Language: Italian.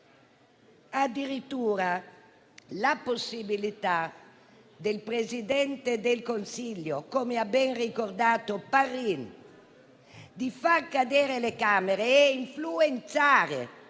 Addirittura la possibilità del Presidente del Consiglio - come ha ben ricordato il collega Parrin - di far cadere le Camere e influenzare